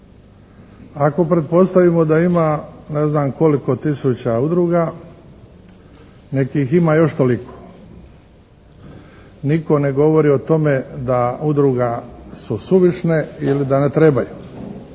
Ako pretpostavimo da ima ne znam, koliko tisuća udruga, nek' ih ima još toliko. Nitko ne govori o tome da udruga su suvišne ili da ne trebaju.